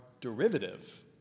derivative